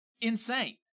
Insane